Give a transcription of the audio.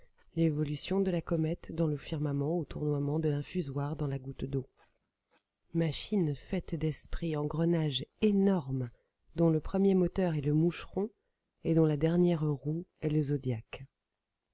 l'évolution de la comète dans le firmament au tournoiement de l'infusoire dans la goutte d'eau machine faite d'esprit engrenage énorme dont le premier moteur est le moucheron et dont la dernière roue est